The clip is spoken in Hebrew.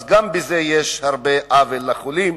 גם בזה נעשה הרבה עוול לחולים.